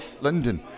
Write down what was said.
London